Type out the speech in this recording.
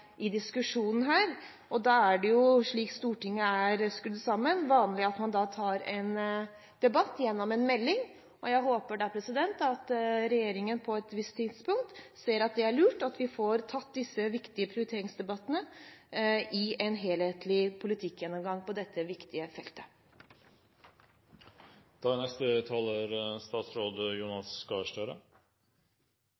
i diskusjonen. Da er det, slik Stortinget er skrudd sammen, vanlig at man tar en debatt gjennom en melding, og jeg håper at regjeringen på et visst tidspunkt ser at det er lurt at vi får tatt disse viktige prioriteringsdebattene i en helhetlig politikkgjennomgang på dette viktige feltet. Siden vi blir godt varmet opp her, vil jeg si: Jeg er